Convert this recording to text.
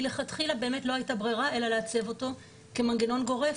מלכתחילה לא הייתה ברירה אלא לעצב אותו כמנגנון גורף,